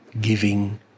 giving